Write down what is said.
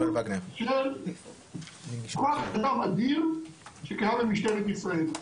של כוח אדם אדיר שקיים במשטרת ישראל.